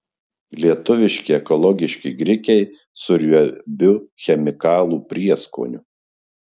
lietuviški ekologiški grikiai su riebiu chemikalų prieskoniu